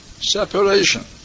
separation